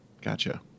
gotcha